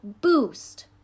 boost